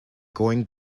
going